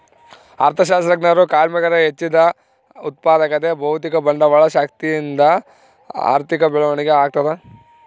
ಅರ್ಥಶಾಸ್ತ್ರಜ್ಞರು ಕಾರ್ಮಿಕರ ಹೆಚ್ಚಿದ ಉತ್ಪಾದಕತೆ ಭೌತಿಕ ಬಂಡವಾಳ ಶಕ್ತಿಯಿಂದ ಆರ್ಥಿಕ ಬೆಳವಣಿಗೆ ಆಗ್ತದ